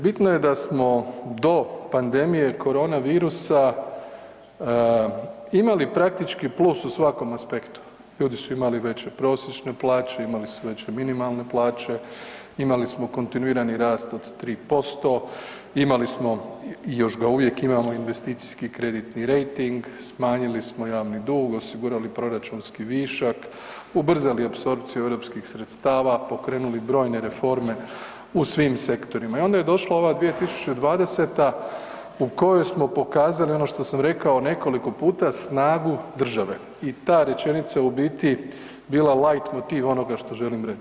Bitno je da smo do pandemije korona virusa imali praktički plus u svakom aspektu, ljudi su imali veće prosječne plaće, imali su veće minimalne plaće, imali smo kontinuirani rast od 3%, imali smo i još ga uvijek imamo, investicijski kreditni rejting, smanjili smo javni dug, osigurali proračunski višak, ubrzali apsorpciju europskih sredstava, pokrenuli brojne reforme u svim sektorima i onda je došla ova 2020. u kojoj smo pokazali ono što sam rekao nekoliko puta, snagu države i ta rečenica je u biti lajt motiv onoga što želim reć.